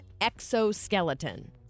Exoskeleton